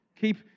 keep